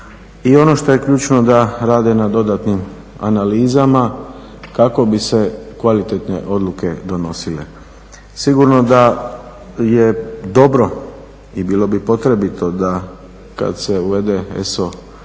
i ono što je ključno da rade na dodatnim analizama kako bi se kvalitetne odluke donosile. Sigurno da je dobro i bilo bi potrebito da kad se uvede ESO